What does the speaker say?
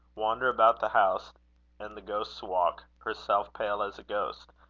wander about the house and the ghost's walk, herself pale as a ghost,